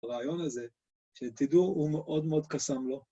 ‫הרעיון הזה, שתדעו, ‫הוא מאוד מאוד קסם לו.